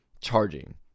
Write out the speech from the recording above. charging